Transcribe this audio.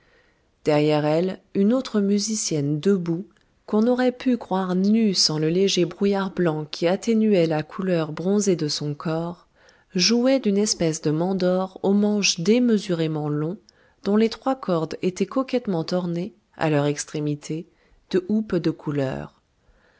derrière elle une autre musicienne debout qu'on aurait pu croire nue sans le léger brouillard blanc qui atténuait la couleur bronzée de son corps jouait d'une espèce de mandore au manche démesurément long dont les trois cordes étaient coquettement ornées à leur extrémité de houppes de couleur